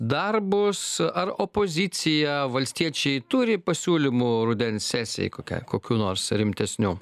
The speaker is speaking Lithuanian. darbus ar opozicija valstiečiai turi pasiūlymų rudens sesijai kokiai kokių nors rimtesnių